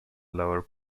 lower